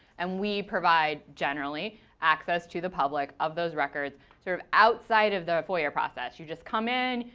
and we provide generally access to the public of those records sort of outside of the foia process. you just come in.